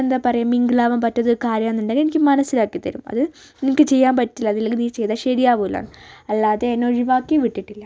എന്താ പറയുക മിങ്കിളാവാൻ പറ്റാത്തൊരു കാര്യമാണെന്നുണ്ടെങ്കിൽ എനിക്ക് മനസ്സിലാക്കിത്തരും അത് നിനക്ക് ചെയ്യാൻ പറ്റില്ല അതില്ലെങ്കിൽ നീ ചെയ്താൽ ശരിയാവില്ല അല്ലാതെ എന്നെ ഒഴിവാക്കി വിട്ടിട്ടില്ല